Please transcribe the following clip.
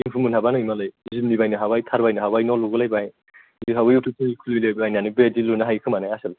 दिम्पु मोनहाबा नै मालाय जिमनि बायनो हाबाय थार बायनो हाबाय न' लुबावलायबाय जोंहाबो इउटुब चेनेल खुलिलायनानै बिबादि लुनो हायोखोमाने आसोल